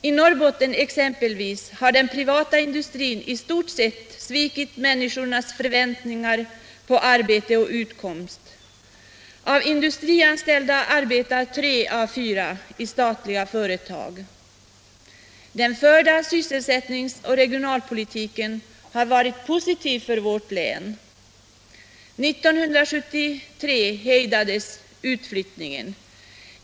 I Norrbotten exempelvis har den privata industrin i stort sett svikit människornas förväntningar på arbete och utkomst — av de industrianställda arbetar tre av fyra i statliga företag. Den förda sysselsättnings och regionalpolitiken har varit positiv för länet. 1973 hejdades utflyttningen.